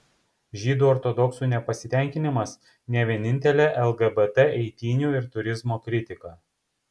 žydų ortodoksų nepasitenkinimas ne vienintelė lgbt eitynių ir turizmo kritika